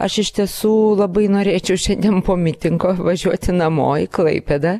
aš iš tiesų labai norėčiau šiandien po mitingo važiuoti namo į klaipėdą